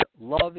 love